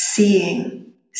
seeing